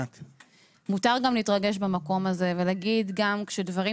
מותר גם להתרגש במקום הזה ולהגיד גם כשדברים